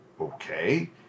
Okay